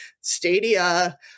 Stadia